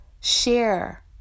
share